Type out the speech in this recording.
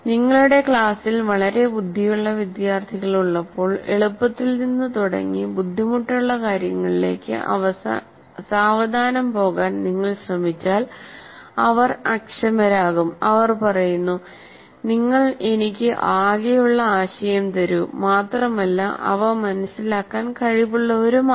നിങ്ങളുടെ ക്ലാസ്സിൽ വളരെ ബുദ്ധിയുള്ള വിദ്യാർത്ഥികളുള്ളപ്പോൾ എളുപ്പത്തിൽ നിന്ന് തുടങ്ങി ബുദ്ധിമുട്ടുള്ള കാര്യങ്ങളിലേക്ക് സാവധാനം പോകാൻ നിങ്ങൾ ശ്രമിച്ചാൽ അവർ അക്ഷമരാകും അവർ പറയുന്നു നിങ്ങൾ എനിക്ക് ആകെയുള്ള ആശയം തരൂ മാത്രമല്ല അവ മനസിലാക്കാൻ കഴിവുള്ളവരുമാണ്